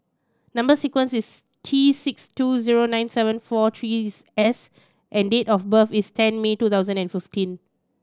number sequence is T six two zero nine seven four three S and date of birth is ten May two thousand and fifteen